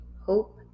Hope